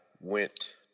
went